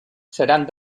seran